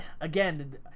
again